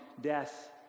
death